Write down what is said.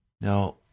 Now